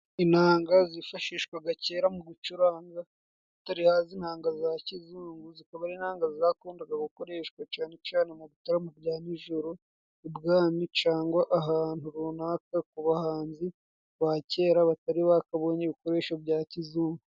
Inanga zifashishwaga kera mu gucuranga hatari haza inanga za kizurungu, zikaba ari inanga zakundaga gukoreshwa cane cane mu bitaramo bya nijoro ibwami, cangwa ahantu runaka ku bahanzi ba kera, batari bakabonye ibikoresho bya kizungu.